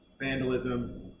vandalism